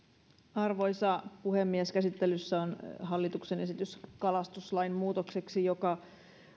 arvoisa puhemies käsittelyssä on hallituksen esitys kalastuslain muutokseksi joka